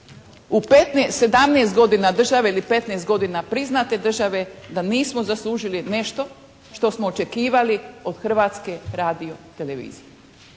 u 17 godina države ili 15 godina priznate države da nismo zaslužili nešto što smo očekivali od Hrvatske radiotelevizije?»